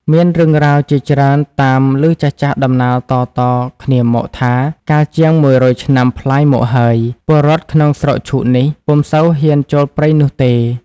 មានរឿងរ៉ាវជាច្រើនតាមឮចាស់ៗតំណាលតៗគ្នាមកថា កាលជាង១០០ឆ្នាំប្លាយមកហើយ ពលរដ្ឋក្នុងស្រុកឈូកនេះ ពុំសូវហ៊ានចូលព្រៃនោះទេ។